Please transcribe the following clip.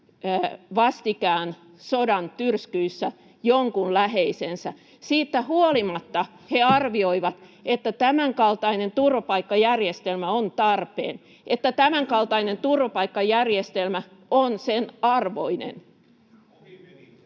vastikään sodan tyrskyissä jonkun läheisensä. Siitä huolimatta he arvioivat, että tämänkaltainen turvapaikkajärjestelmä on tarpeen, että tämänkaltainen turvapaikkajärjestelmä on sen arvoinen.